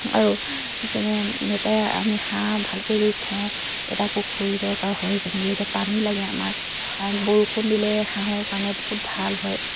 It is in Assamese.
আৰু যেনে আমি হাঁহ ভালকৈ যদি থওঁ এটা পুখুৰীৰ দৰকাৰ হয় যেনেকে এতিয়া পানী লাগে আমাৰ বৰষুণ দিলে হাঁহৰ কাৰণে বহুত ভাল হয়